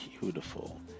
beautiful